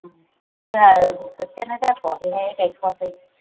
जाहा खोथियायानो जाथ'आखैहाय गायथ'आखै